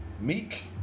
Meek